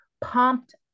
pumped